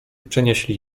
przenieśli